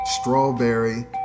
strawberry